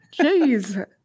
Jeez